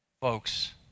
folks